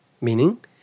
Meaning